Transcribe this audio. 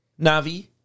Na'vi